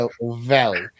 Valley